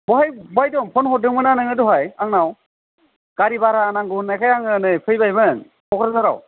बहाय बहायदों फन हरदोंमोन ना दहाय आंनाव गारि भारा नांगौ होननायखाय आङो नै फैबायमोन बगलपाराव